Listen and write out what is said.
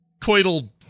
coital